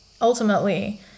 ultimately